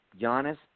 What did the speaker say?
Giannis